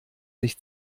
sich